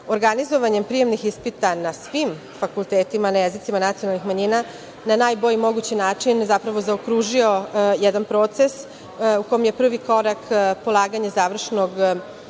organizovanjem prijemnih ispita na svim fakultetima, na jezicima nacionalnih manjina, na najbolji mogući način, zapravo zaokružio jedan proces u kom je prvi korak polaganje završnih ispita